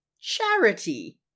Charity